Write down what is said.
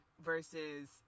versus